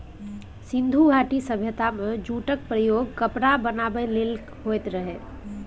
सिंधु घाटी सभ्यता मे जुटक प्रयोग कपड़ा बनाबै लेल होइत रहय